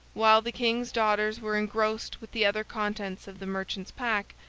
while the king's daughters were engrossed with the other contents of the merchant's pack,